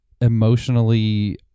emotionally